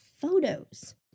photos